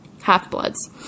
half-bloods